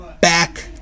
back